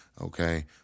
Okay